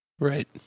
Right